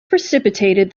precipitated